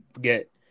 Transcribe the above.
get